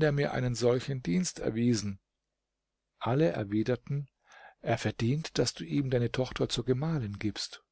der mir einen solchen dienst erwiesen alle erwiderten er verdient daß du ihm deine tochter zur gemahlin gibst